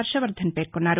హర్టవర్దన్ పేర్కొన్నారు